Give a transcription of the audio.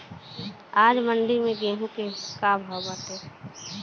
आज मंडी में गेहूँ के का भाव बाटे?